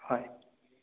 হয়